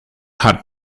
hat